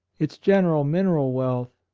its general mineral wealth,